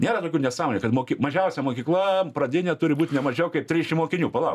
nėra tokių nesąmonių kad moki mažiausia mokykla pradinė turi būt ne mažiau kaip triešim mokinių palaukit